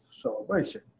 Celebration